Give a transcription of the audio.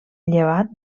llevat